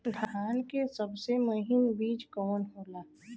धान के सबसे महीन बिज कवन होला?